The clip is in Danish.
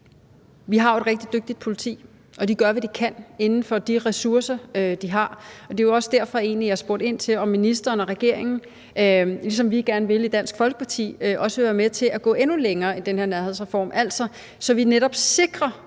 et rigtig dygtigt politi, og de gør, hvad de kan inden for de ressourcer, de har. Det er egentlig også derfor, jeg spurgte ind til, om ministeren og regeringen, ligesom vi gerne vil i Dansk Folkeparti, også vil være med til at gå endnu længere i den her nærhedsreform, altså så vi netop sikrer